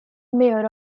mayor